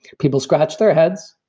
people scratch their heads,